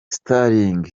sterling